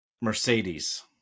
Mercedes